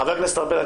חבר הכנסת ארבל,